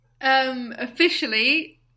officially